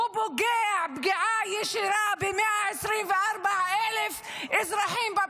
הוא פוגע פגיעה ישירה בפנסיות של 124,000 אזרחים,